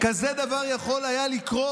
כזה דבר היה יכול לקרות